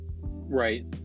Right